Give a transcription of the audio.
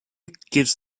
gives